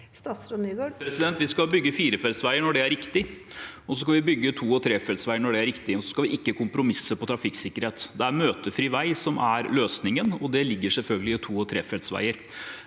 Vi skal bygge firefeltsveier når det er riktig, og vi skal bygge to- og tre feltsveier når det er riktig. Vi skal ikke kompromisse på trafikksikkerhet. Det er møtefri vei som er løsningen, og det ligger selvfølgelig i to- og trefeltsveier.